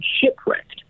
shipwrecked